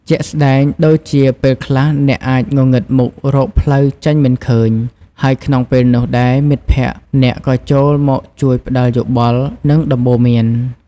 ជាក់ស្ដែងដូចជា ពេលខ្លះ អ្នកអាចងងឹតមុខរកផ្លូវចេញមិនឃើញ ហើយក្នុងពេលនោះដែរមិត្តភក្ដិអ្នកក៏ចូលមកជួយផ្តល់យោបល់ និងដំបូន្មាន ។